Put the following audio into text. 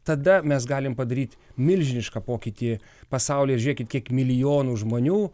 tada mes galim padaryti milžinišką pokytį pasaulyje žiūrėkit kiek milijonų žmonių